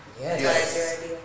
yes